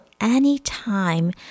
anytime